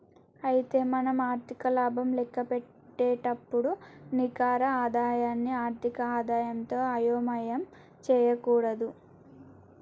అయితే మనం ఆర్థిక లాభం లెక్కపెట్టేటప్పుడు నికర ఆదాయాన్ని ఆర్థిక ఆదాయంతో అయోమయం చేయకూడదు